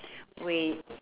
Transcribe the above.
wait